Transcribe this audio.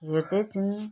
हेर्दै थियौँ